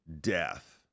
death